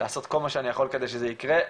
לעשות כל מה שאני יכול כדי שזה יקרה.